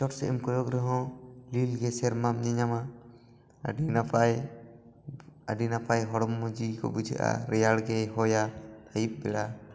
ᱪᱚᱴ ᱥᱮᱜ ᱮᱢ ᱠᱚᱭᱚᱜᱽ ᱨᱮᱦᱚᱸ ᱱᱤᱞ ᱜᱮ ᱥᱮᱨᱢᱟᱢ ᱧᱮᱞ ᱧᱟᱢᱟ ᱟᱹᱰᱤ ᱱᱟᱯᱟᱭ ᱟᱹᱰᱤ ᱱᱟᱯᱟᱭ ᱦᱚᱲᱢᱚ ᱡᱤᱣᱤ ᱠᱚ ᱵᱩᱡᱷᱟᱹᱜᱼᱟ ᱨᱮᱭᱟᱲ ᱜᱮ ᱦᱚᱭᱟᱭ ᱟᱹᱭᱩᱵ ᱵᱮᱲᱟ